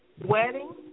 Wedding